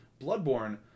Bloodborne